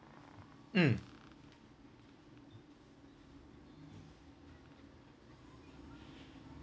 mm